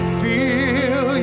feel